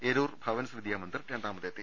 Eroor Bhavans Vidyamandir രണ്ടാമതെത്തി